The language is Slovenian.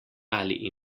ali